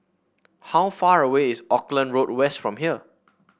how far away is Auckland Road West from here